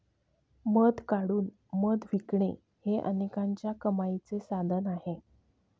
मध काढून मध विकणे हे अनेकांच्या कमाईचे साधन आहे